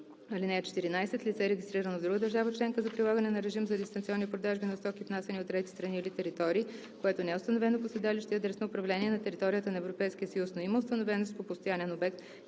член. (14) Лице, регистрирано в друга държава членка за прилагане на режим за дистанционни продажби на стоки, внасяни от трети страни или територии, което не е установено по седалище и адрес на управление на територията на Европейския